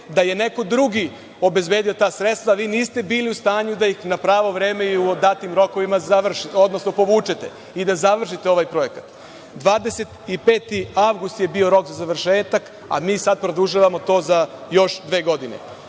da je neko drugi obezbedio ta sredstva, vi niste bili u stanju da ih na pravo vreme i u datim rokovima završite, odnosno povučete i da završite ovaj projekat. Avgust 25. je bio rok za završetak, a mi sad produžavamo to za još dve godine. Dakle,